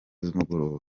z’umugoroba